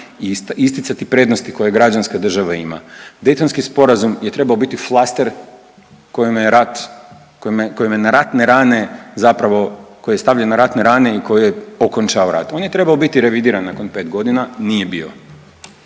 i isticati prednosti koje građanska država ima. Daytonski sporazum je trebao biti flaster kojim je rat, kojim, kojim je na ratne rane, zapravo koji je stavljen na ratne rane i koji je okončao rat, on je trebao biti revidiran nakon 5.g., nije bio.